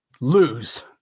lose